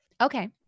Okay